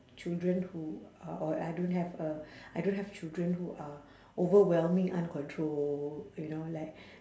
children who are or I don't have a I don't have children who are overwhelming uncontrolled you know like